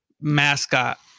mascot